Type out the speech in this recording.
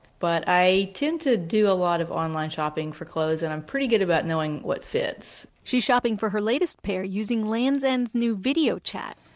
but i tend to do a lot of online shopping for clothes and i'm pretty good about knowing what fits she's shopping for her latest pair using lands' end's new video chat